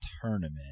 tournament